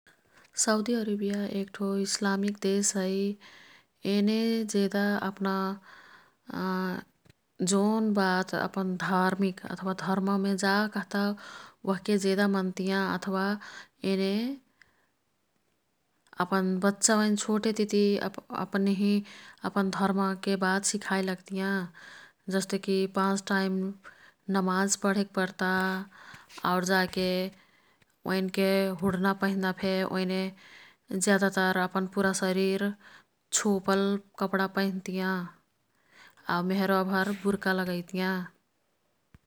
Saudi Arabia एक्ठो Islamic देश है। येने जेदा अप्ना जोन बात अपन धार्मिक अथवा धर्ममे जा कह्ता ओह्के जेदा मन्तियाँ। अथवा येने अपन बच्चा ओईन् छोटेतिती अप्निही अपन धर्मके बात सिखाई लग्तियाँ। जस्तेकी पाँच टाईमनमाज पढेक् पर्ता। आउर जाके ओईन् के हुड्ना पैंधना फे ओईने ज्यादा तर अपन पुरा शरीर छोपल कपडा पैंधतियाँ। आउ मेहर्वा भर बुर्का लागैतियाँ।